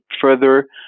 further